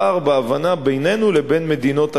לפער בהבנה בינינו לבין מדינות אחרות.